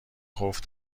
خوف